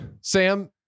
Sam